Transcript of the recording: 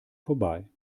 vorbei